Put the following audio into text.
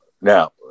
now